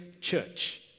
church